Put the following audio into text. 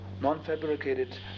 non-fabricated